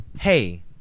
Hey